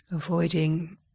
avoiding